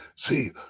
See